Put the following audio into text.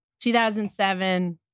2007